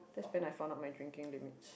that's been I found out my drinking limits